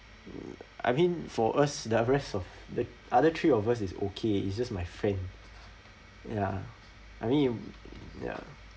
mm I mean for us the rest of the other three of us is okay it's just my friend ya I mean ya